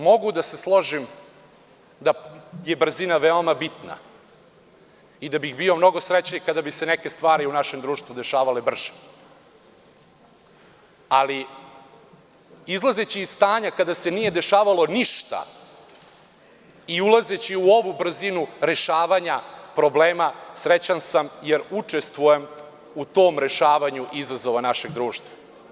Mogu da se složim da je brzina veoma bitna i da bih bio mnogo srećniji kada bi se neke stvari u našem društvu dešavale brže, ali izlazeći iz stanja kada se nije dešavalo ništa i ulazeći u ovu brzinu rešavanja problema, srećan sam jer učestvujem u tom rešavanju izazova našeg društva.